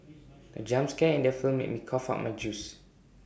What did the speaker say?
the jump scare in the film made me cough out my juice